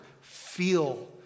feel